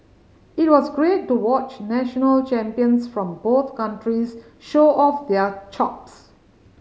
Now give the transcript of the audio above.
it was great to watch national champions from both countries show off their chops